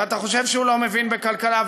ואתה חושב שהוא לא מבין בכלכלה,